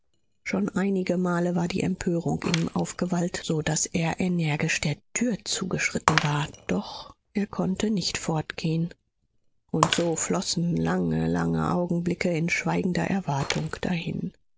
schon einige male war die empörung in ihm aufgewallt so daß er energisch der tür zugeschritten war doch er konnte nicht fortgehen und so flossen lange lange augenblicke in schweigender erwartung dahin